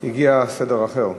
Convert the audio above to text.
הגיע סדר אחר.